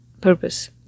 purpose